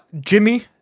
Jimmy